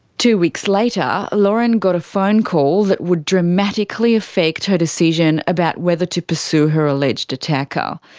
two weeks later, lauren got a phone call that would dramatically affect her decision about whether to pursue her alleged attacker.